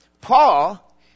Paul